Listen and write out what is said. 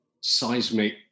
seismic